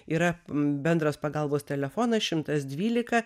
yra bendras pagalbos telefonas šimtas dvylika